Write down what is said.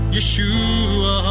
Yeshua